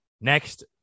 next